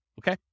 okay